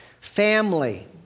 Family